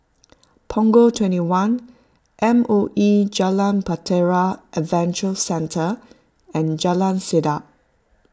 Punggol twenty one M O E Jalan Bahtera Adventure Centre and Jalan Sedap